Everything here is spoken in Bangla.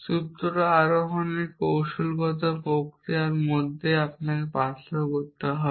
সূত্র আহরণের কৌশলগত প্রক্রিয়ায় এর মধ্যে পার্থক্য করতে হবে